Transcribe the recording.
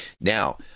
Now